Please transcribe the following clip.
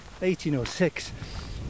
1806